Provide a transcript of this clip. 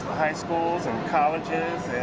high schools and colleges,